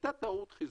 הייתה טעות חיזוי,